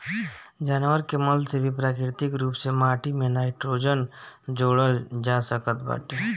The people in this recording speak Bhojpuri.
जानवर के मल से भी प्राकृतिक रूप से माटी में नाइट्रोजन जोड़ल जा सकत बाटे